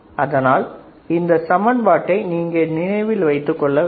அதனால் இந்த சமன்பாட்டை நீங்கள் நினைவில் வைத்துக் கொள்ள வேண்டும்